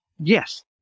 yes